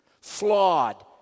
flawed